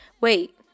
Wait